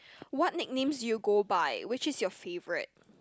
what nicknames do you go by which is your favourite